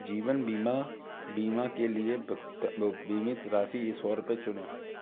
जीवन बीमा बीमा के लिए बीमित राशि सौ रुपये चुनें